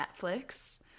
Netflix